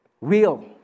real